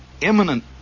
imminent